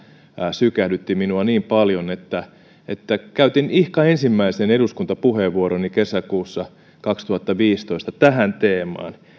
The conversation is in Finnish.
sykähdytti minua niin paljon että että käytin ihka ensimmäisen eduskuntapuheenvuoroni kesäkuussa kaksituhattaviisitoista tähän teemaan